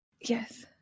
Yes